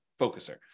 focuser